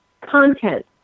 content